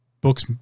books